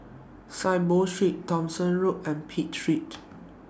Saiboo Street Thomson Road and Pitt Street